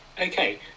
Okay